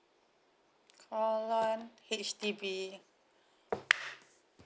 call one H_D_B